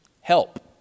Help